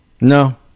No